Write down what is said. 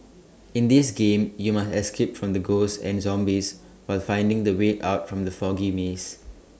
in this game you must escape from the ghosts and zombies while finding the way out from the foggy maze